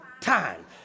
time